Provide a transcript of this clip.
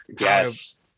Yes